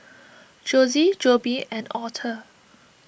Jossie Jobe and Author